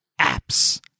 apps